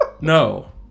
no